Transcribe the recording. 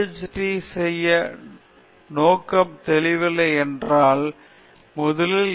D செய்ய நோக்கம் தெளிவில்லை என்றால் முதலில் எம்